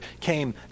came